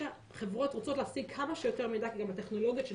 חברות רוצות להשיג כמה שיותר מידע כי גם הטכנולוגיות של